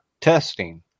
testing